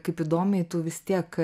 kaip įdomiai tu vistiek